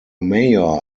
mayor